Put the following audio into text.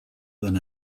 than